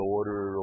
Order